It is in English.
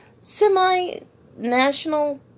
semi-national